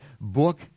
book